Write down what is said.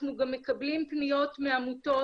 אנחנו גם מקבלים פניות מעמותות,